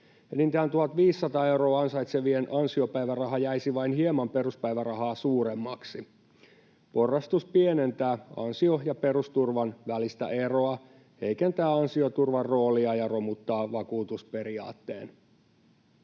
Enintään 1 500 euroa ansaitsevien ansiopäiväraha jäisi vain hieman peruspäivärahaa suuremmaksi. Porrastus pienentää ansio- ja perusturvan välistä eroa, heikentää ansioturvan roolia ja romuttaa vakuutusperiaatteen.